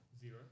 zero